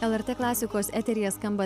lrt klasikos eteryje skamba